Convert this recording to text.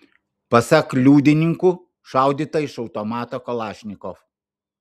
pasak liudininkų šaudyta iš automato kalašnikov